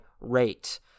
rate